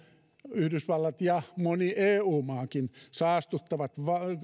yhdysvallat ja moni eu maakin saastuttaa